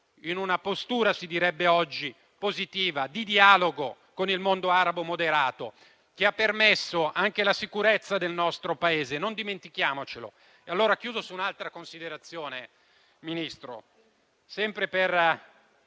in una postura - così si direbbe oggi - positiva, di dialogo con il mondo arabo moderato, che ha permesso anche la sicurezza del nostro Paese. Non dimentichiamolo. Termino con un'altra considerazione. Signor